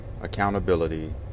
accountability